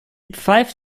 pfeift